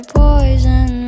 poison